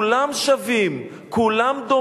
כולם שווים,